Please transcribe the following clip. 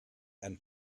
and